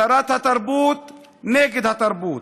שרת התרבות נגד התרבות,